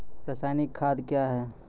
रसायनिक खाद कया हैं?